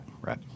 right